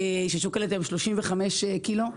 ששוקלת היום 35 קילו,